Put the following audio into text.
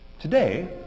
Today